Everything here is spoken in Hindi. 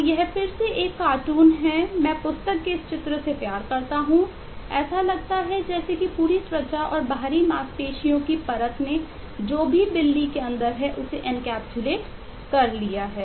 तो यह फिर से एक कार्टून कर लिया है